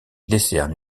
décerne